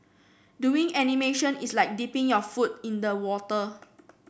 doing animation is like dipping your foot in the water